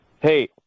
hey